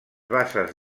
basses